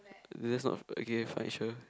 is didn't know fine sure